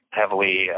heavily